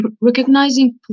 recognizing